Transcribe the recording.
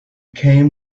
came